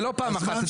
זה לא פעם אחת.